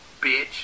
bitch